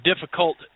difficult